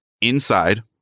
inside